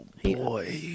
boy